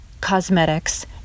cosmetics